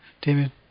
Damien